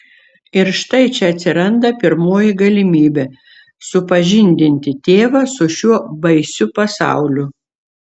ir štai čia atsiranda pirmoji galimybė supažindinti tėvą su šiuo baisiu pasauliu